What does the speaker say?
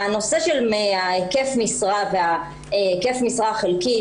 היקף המשרה החלקי,